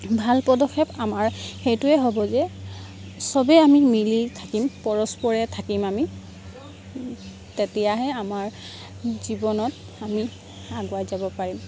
ভাল পদক্ষেপ আমাৰ সেইটোৱে হ'ব যে চবে আমি মিলি থাকিম পৰস্পৰে থাকিম আমি তেতিয়াহে আমাৰ জীৱনত আমি আগুৱাই যাব পাৰিম